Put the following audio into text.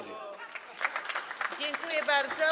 Dziękuję bardzo.